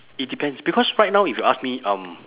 it depends because right now if you ask me um